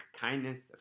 kindness